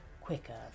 quicker